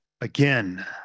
Again